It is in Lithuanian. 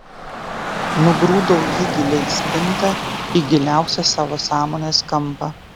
nugrūdau jį giliai į spintą į giliausią savo sąmonės kampą